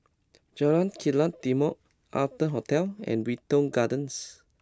Jalan Kilang Timor Arton Hotel and Wilton Gardens